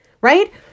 right